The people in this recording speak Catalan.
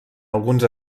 alguns